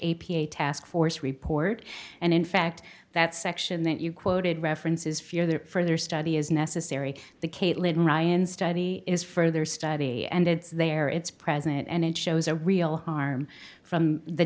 a task force report and in fact that section that you quoted references fear that further study is necessary the caitlin ryan's study is further study and it's there it's present and it shows a real harm from the